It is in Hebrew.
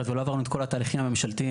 ולא עברנו את כל התהליכים הממשלתיים,